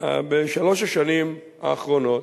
בשלוש השנים האחרונות,